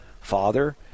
father